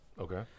okay